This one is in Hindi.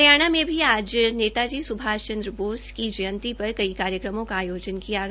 हरियाणा में भी आज नेता जी स्भाष चन्द्र बोस की जयंती पर कई कार्यक्रमों का आयोजन किया गया